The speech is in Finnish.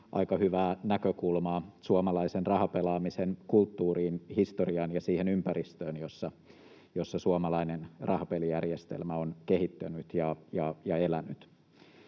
aika hyvää näkökulmaa suomalaisen rahapelaamisen kulttuuriin, historiaan ja siihen ympäristöön, jossa suomalainen rahapelijärjestelmä on kehittynyt ja elänyt.